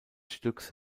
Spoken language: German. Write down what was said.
stücks